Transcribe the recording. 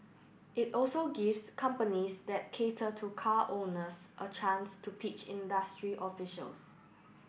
it also gives companies that cater to car owners a chance to pitch industry officials